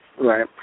Right